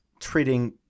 treating